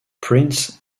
prince